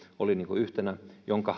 yhtenä jonka